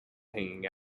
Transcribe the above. hanging